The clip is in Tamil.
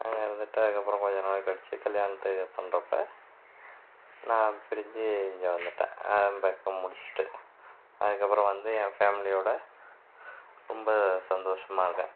இருந்துகிட்டு அதுக்கப்புறம் கொஞ்ச நாள் கழித்துட்டு கல்யாணத்தை பண்ணுறப்ப நான் பிரிஞ்சு இங்கே வந்துட்டேன் முடிச்சிட்டு அதுக்கப்புறம் வந்து என் ஃபேமிலியோடு ரொம்ப சந்தோஷமாகருக்கேன்